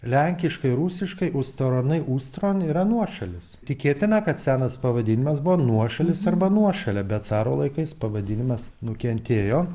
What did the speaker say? lenkiškai rusiškai ustoronai ustron yra nuošalis tikėtina kad senas pavadinimas buvo nuošalis arba nuošalė bet caro laikais pavadinimas nukentėjo